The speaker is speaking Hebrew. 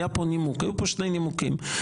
היו פה שני נימוקים,